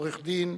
עורך-הדין